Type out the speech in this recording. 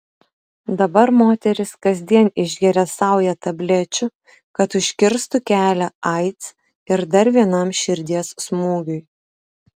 dabar moteris kasdien išgeria saują tablečių kad užkirstų kelią aids ir dar vienam širdies smūgiui